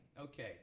Okay